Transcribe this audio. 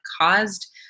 caused